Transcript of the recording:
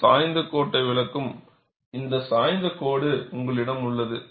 இந்த சாய்ந்த கோட்டை விளக்கும் இந்த சாய்ந்த கோடு உங்களிடம் உள்ளது